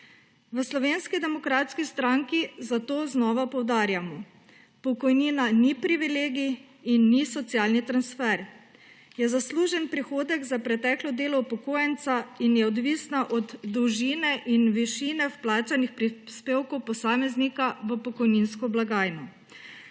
V Slovenski demokratski stranki zato znova poudarjamo: pokojnina ni privilegij in ni socialni transfer, je zaslužen prihodek za preteklo delo upokojenca in je odvisna od dolžine in višine vplačanih prispevkov posameznika v pokojninsko blagajno.